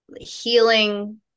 healing